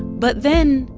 but then,